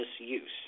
misuse